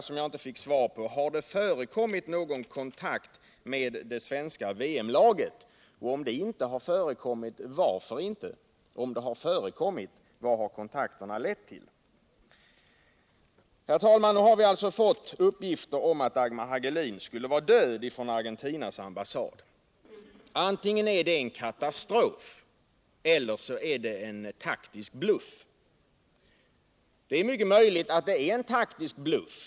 som jag inte fick något svar på: Har det förekommit någon kontakt med det svenska VM-laget? Om så inte är fallet — varför inte? Om det har förekommit någon kontakt — vad har den lett till? Herr talman! Nu har vi alltså fått uppgifter från Argentinas ambassad om alt Dagmar Hagelin skulle vara död. Antingen är det en katastrof eller en taktisk bluff. Det är mycket möjligt att det är en taktisk bluff.